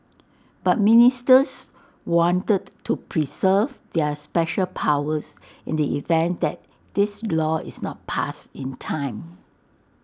but ministers wanted to preserve their special powers in the event that this law is not passed in time